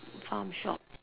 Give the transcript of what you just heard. farm shop